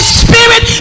spirit